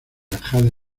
jade